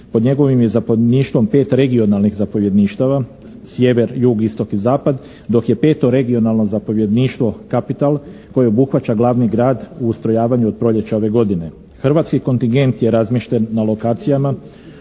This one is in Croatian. Pod njegovim je zapovjedništvom pet regionalnih zapovjedništava: sjever, jug, istok i zapad, dok je peto regionalno zapovjedništvo kapital koji obuhvaća glavni grad u ustrojavanju od proljeća ove godine. Hrvatski kontingent je razmješten na lokacijama